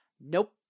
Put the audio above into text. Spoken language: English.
nope